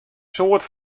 soad